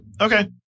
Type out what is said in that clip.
Okay